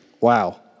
Wow